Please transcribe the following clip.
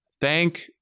Thank